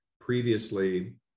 Previously